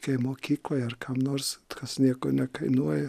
kokiai mokyklai ar kam nors kas nieko nekainuoja